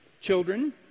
Children